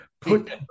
put